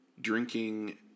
drinking